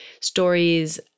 stories